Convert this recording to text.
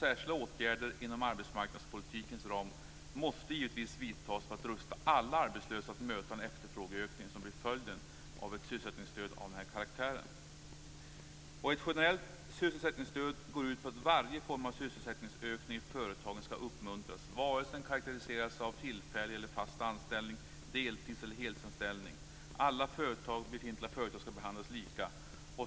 Särskilda åtgärder inom arbetsmarknadspolitikens ram måste givetvis vidtas för att göra alla arbetslösa rustade för att möta den efterfrågeökning som blir följden av ett sysselsättningsstöd av den här karaktären. Ett generellt sysselsättningsstöd går ut på att varje form av sysselsättningsökning i företagen skall uppmuntras vare sig den karakteriseras av tillfällig eller fast anställning eller den karakteriseras av deltidseller heltidsanställning. Alla befintliga företag skall behandlas lika.